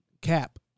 Cap